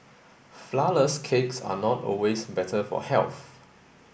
flourless cakes are not always better for health